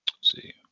See